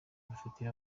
bafite